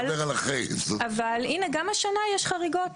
אבל גם השנה יש חריגות,